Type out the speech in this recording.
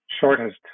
shortest